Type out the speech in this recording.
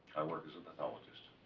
i work as a pathologist.